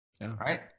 right